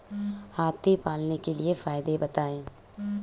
हाथी पालने के फायदे बताए?